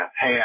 Hey